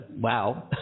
wow